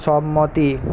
সম্মতি